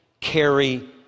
carry